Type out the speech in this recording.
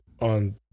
On